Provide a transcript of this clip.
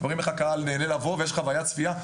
רואים איך הקהל נהנה לבוא ויש חווית צפייה.